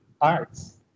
arts